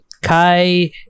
Kai